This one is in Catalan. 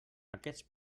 aquests